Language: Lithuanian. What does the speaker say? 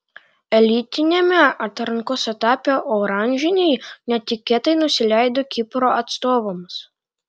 elitiniame atrankos etape oranžiniai netikėtai nusileido kipro atstovams